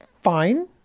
Fine